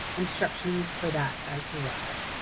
instructions for that, as well.